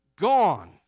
gone